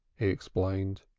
he explained.